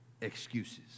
excuses